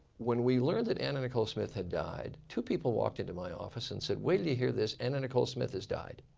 when we learned that anna nicole smith had died, two people walked into my office and said, wait till you hear this. anna nicole smith has died.